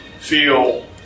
feel